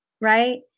Right